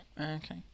Okay